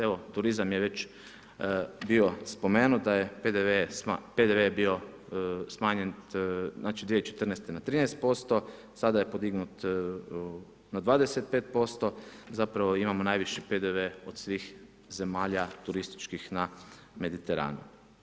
Evo, turizam je već bio spomenut, da je PDV bio smanjen 2014. na 13%, sada je podignut na 25%, zapravo imamo najviši PDV od svih zemalja turističkih na Mediteranu.